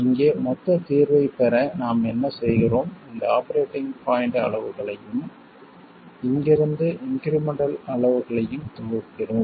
இங்கே மொத்த தீர்வைப் பெற நாம் என்ன செய்கிறோம் இந்த ஆபரேட்டிங் பாய்ண்ட் அளவுகளையும் இங்கிருந்து இன்க்ரிமெண்டல் அளவுகளையும் தொகுக்கிறோம்